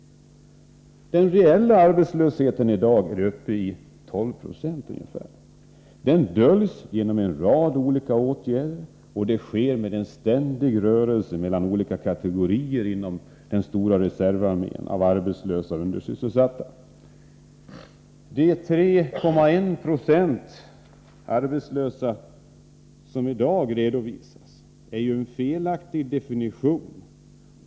Den reella arbetslösheten är i dag uppe i ungefär 12 90. Den döljs genom en rad olika åtgärder, och det sker med en ständig rörelse mellan olika kategorier inom den stora reservarmén av arbetslösa och undersysselsatta. När man i dag redovisar 3,1 20 arbetslösa använder man en felaktig definition.